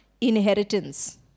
inheritance